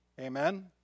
Amen